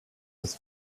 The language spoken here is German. ist